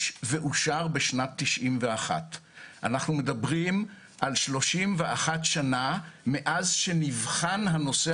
ואושר בשנת 91. אנחנו מדברים על 31 שנה מאז שנבחן הנושא